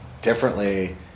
differently